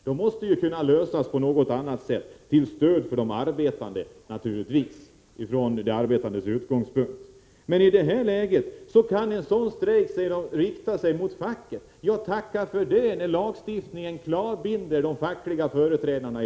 Detta måste kunna lösas på något annat sätt, utgående från de arbetandes intressen. Man säger att sådana strejker kan vara riktade mot facket. Ja, tacka för det när lagstiftningen i sådana lägen klavbinder de fackliga företrädarna.